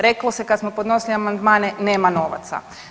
Reklo se kad smo podnosili amandmane, nema novaca.